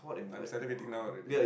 I'm inseminating now already